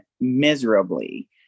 miserably